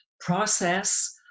process